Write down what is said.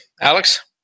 Alex